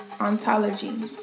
ontology